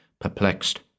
perplexed